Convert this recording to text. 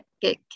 get